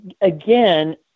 again